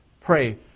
pray